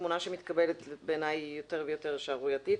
התמונה שמתקבלת היא בעיניי יותר ויותר שערורייתית.